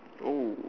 oh